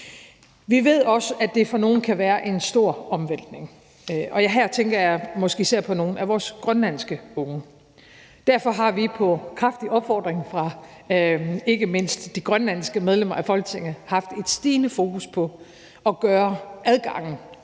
Vi ved også, at det er for nogle kan være en stor omvæltning, og her tænker jeg måske især på nogle af vores grønlandske unge. Derfor har vi på kraftig opfordring fra ikke mindst de grønlandske medlemmer af Folketinget haft et stigende fokus på at gøre adgangen